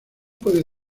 puede